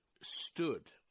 stood –